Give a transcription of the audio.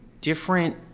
different